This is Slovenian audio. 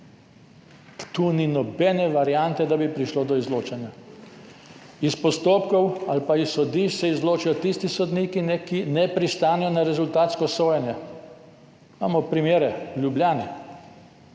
Tu ni nobene variante, da bi prišlo do izločanja. Iz postopkov ali pa s sodišč se izločijo tisti sodniki, ki ne pristanejo na rezultatsko sojenje. Imamo primere v Ljubljani,